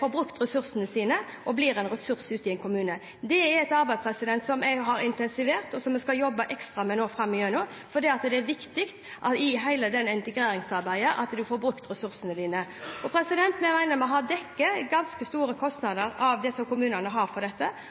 får brukt ressursene sine og blir en ressurs i kommunen. Det er et arbeid som jeg har intensivert, og som vi skal jobbe ekstra med nå framover, fordi det er viktig i hele dette integreringsarbeidet at en får brukt ressursene sine. Vi regner med å ha dekket ganske store kostnader som kommunene har på dette